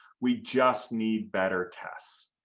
we just need better tests.